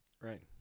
Right